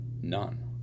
none